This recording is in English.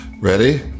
Ready